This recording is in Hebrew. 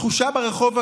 התחושה ברחוב,